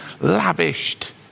Lavished